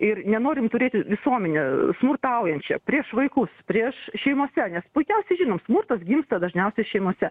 ir nenorim turėti visuomenę smurtaujančią prieš vaikus prieš šeimose nes puikiausiai žinom smurtas gimsta dažniausiai šeimose